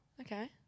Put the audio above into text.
Okay